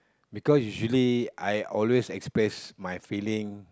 because usually I always express my feeling